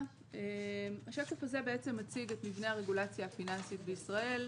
השקף הזה מציג את מבנה הרגולציה הפיננסית בישראל.